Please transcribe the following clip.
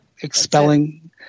expelling